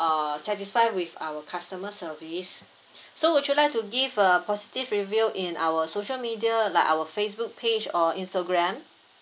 uh satisfy with our customer service so would you like to give a positive review in our social media like our facebook page or instagram